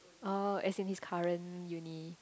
oh as in his current uni